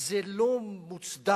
זה לא מוצדק.